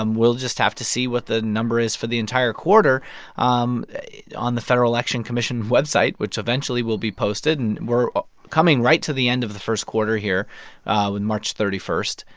um we'll just have to see what the number is for the entire quarter um on the federal election commission website, which eventually will be posted. and we're coming right to the end of the first quarter here with march thirty one.